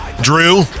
Drew